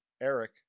Eric